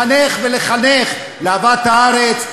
לחנך ולחנך: לאהבת הארץ,